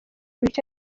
bice